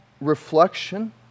reflection